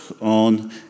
on